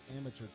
amateur